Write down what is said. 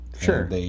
Sure